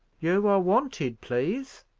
you are wanted, please.